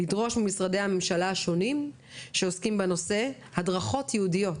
לדרוש ממשרדי הממשלה השונים שעוסקים בנושא הדרכות ייעודיות